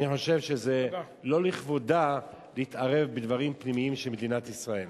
אני חושב שזה לא לכבודה להתערב בדברים פנימיים של מדינת ישראל.